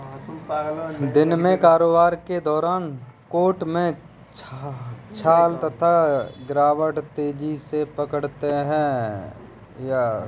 दिन में कारोबार के दौरान टोंक में उछाल तथा गिरावट तेजी पकड़ते हैं